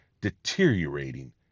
deteriorating